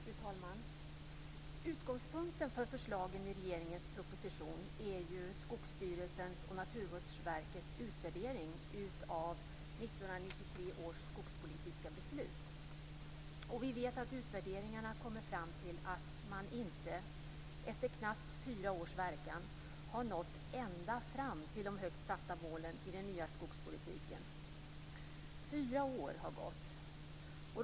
Fru talman! Utgångspunkten för förslagen i regeringens proposition är Skogsstyrelsens och Naturvårdsverkets utvärdering av 1993 års skogspolitiska beslut. Vi vet att utvärderingarna kommit fram till att man, efter knappt fyra års verkan, inte har nått ända fram till de högt satta målen i den nya skogspolitiken. Fyra år har alltså gått.